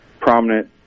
prominent